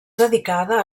dedicada